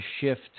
shift